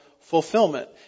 fulfillment